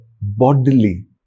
bodily